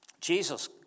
Jesus